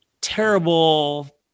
terrible